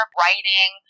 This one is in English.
writing